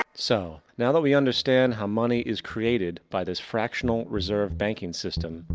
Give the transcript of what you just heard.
so, now that we understand how money is created by this fractional reserve banking system.